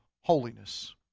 holiness